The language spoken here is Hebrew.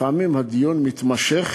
לפעמים הדיון מתמשך